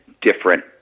different